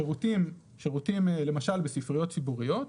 שירותים בספריות ציבוריות,